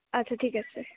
আচ্ছা ঠিক আছে